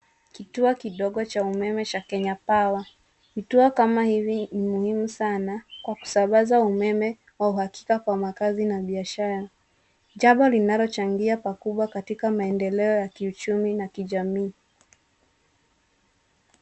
Kituo kidogo cha umeme cha cs[Kenya Power]cs. Vituo kama hivi ni muhimu sana, kwa kusambaza umeme kwa uhakika kwa maakazi na biashara, jambo linalochangia pakubwa katika maendeleo ya kiuchumi na kijamii.